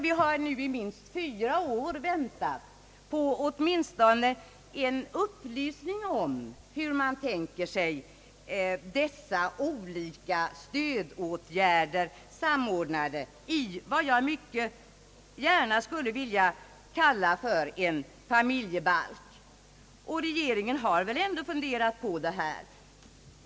Vi har nu i minst fyra år väntat på åtminstone en upplysning om, hur man tänker sig dessa olika stödåtgärder samordnade i vad jag mycket gärna skulle vilja kalla en familjebalk. Regeringen har väl ändå funderat på detta?